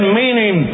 meaning